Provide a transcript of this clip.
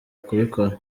kubikora